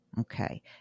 Okay